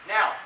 Now